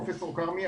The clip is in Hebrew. פרופ' כרמי,